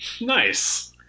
nice